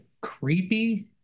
creepy